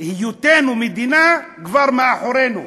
היותנו מדינה כבר מאחורינו,